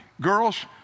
Girls